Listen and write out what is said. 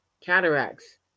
cataracts